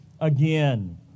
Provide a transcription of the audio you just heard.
again